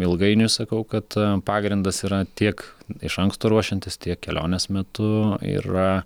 ilgainiui sakau kad pagrindas yra tiek iš anksto ruošiantis tiek kelionės metu yra